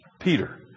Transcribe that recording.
Peter